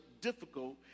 difficult